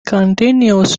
continues